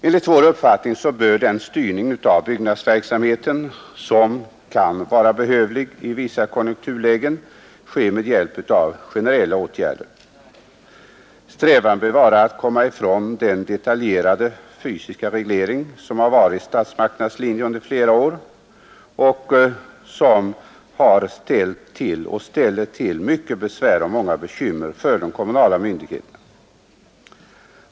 Enligt vår uppfattning bör den styrning av byggnadsverksamheten som kan vara behövlig i vissa konjunkturlägen ske med hjälp av generella åtgärder. Strävan bör vara att komma ifrån den detaljerade fysiska reglering som har varit statsmakternas linje under flera år och som har ställt och ställer till mycket besvär och många bekymmer för de kommunala myndigheterna.